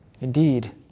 Indeed